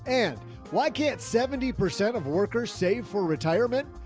and why can't seventy percent of workers save for retirement?